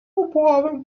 obławę